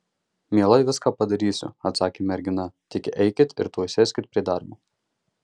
mielai viską padarysiu atsakė mergina tik eikit ir tuoj sėskit prie darbo